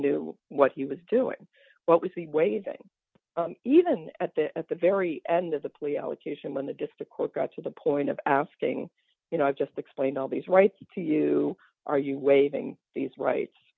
knew what he was doing what was the waiting even at the at the very end of the plea allocution when the district court got to the point of asking you know i've just explained all these rights to you are you waiving these rights